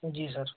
जी sir